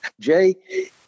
Jay